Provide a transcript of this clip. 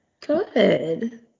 Good